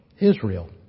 Israel